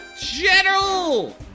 General